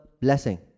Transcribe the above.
blessing